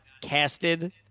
casted